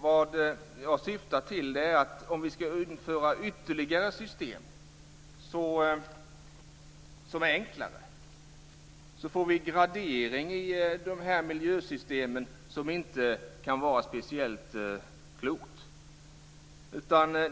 Vad jag syftar till är att om vi ska införa ytterligare system som är enklare får vi en gradering i dessa miljösystem, vilket inte kan vara speciellt klokt.